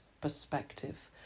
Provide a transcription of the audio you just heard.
perspective